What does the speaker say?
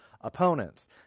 opponent's